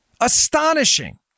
Astonishing